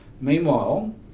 Meanwhile